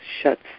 shuts